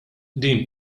din